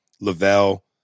Lavelle